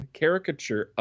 caricature